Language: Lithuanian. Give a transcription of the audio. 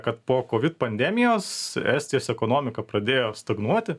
kad po kovid pandemijos estijos ekonomika pradėjo stagnuoti